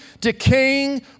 decaying